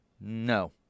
No